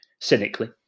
Cynically